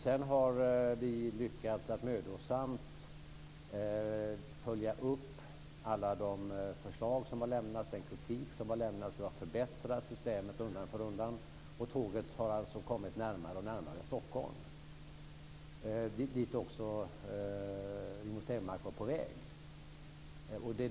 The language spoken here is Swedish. Sedan har vi mödosamt lyckats att följa upp alla de förslag som har lämnats och den kritik som har lämnats. Vi har förbättrat systemet undan för undan. Tåget har alltså kommit närmare och närmare Stockholm dit också Rigmor Stenmark var på väg.